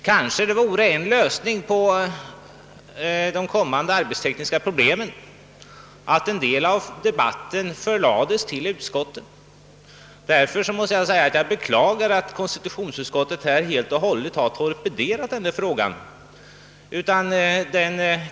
Det vore kanske en lösning på de kommande arbetstekniska problemen att en del av debatten förlades till utskotten. Därför beklagar jag att konstitutionsutskottet helt har torpederat denna fråga.